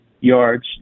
yards